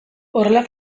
horrela